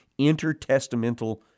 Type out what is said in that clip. intertestamental